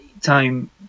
time